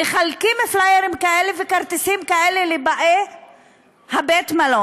מחלקים פלאיירים כאלה וכרטיסים כאלה לבאי בית-המלון.